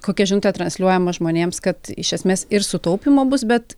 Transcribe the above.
kokia žinutė transliuojama žmonėms kad iš esmės ir sutaupymo bus bet